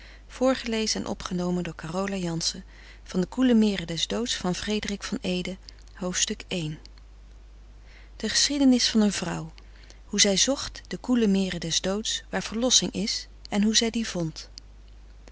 voorgelezen en opgenomen door de koele meren des doods de geschiedenis van een vrouw hoe zij zocht de koele meren des doods waar verlossing is en hoe zij die vond